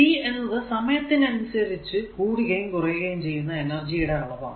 P എന്നത് സമയത്തിനനുസരിച്ചു കൂടുകയും കുറയുകയും ചെയ്യുന്ന എനെർജിയുടെ അളവാണ്